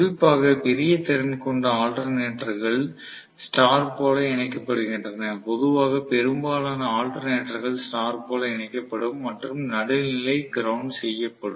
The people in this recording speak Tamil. குறிப்பாக பெரிய திறன் கொண்ட ஆல்டர்னேட்டர்கள் ஸ்டார் போல இணைக்கப்படுகின்றன பொதுவாக பெரும்பாலான ஆல்டர்னேட்டர்கள் ஸ்டார் போல இணைக்கப்படும் மற்றும் நடுநிலை கிரௌண்ட் செய்யப்படும்